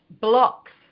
blocks